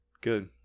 Good